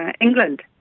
England